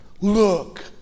look